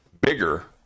bigger